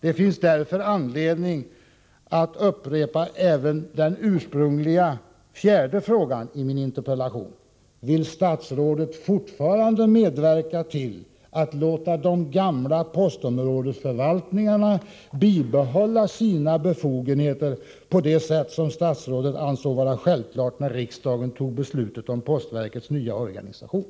Det finns därför anledning att upprepa även den fjärde av de ursprungliga frågorna i min interpellation: Vill statsrådet fortfarande medverka till att låta de gamla postområdesförvaltningarna behålla sina befogenheter på det sätt som statsrådet ansåg vara självklart när riksdagen tog beslutet om postverkets nya organisation?